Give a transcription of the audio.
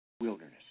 Wilderness